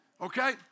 Okay